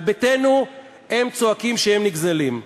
על ביתנו הם צועקים שהם נגזלים,